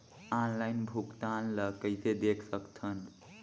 Online भुगतान ल कइसे देख सकथन?